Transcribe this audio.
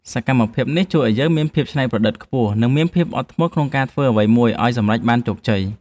សកម្មភាពនេះជួយឱ្យយើងមានភាពច្នៃប្រឌិតខ្ពស់ និងមានភាពអត់ធ្មត់ក្នុងការធ្វើអ្វីមួយឱ្យសម្រេចបានជោគជ័យ។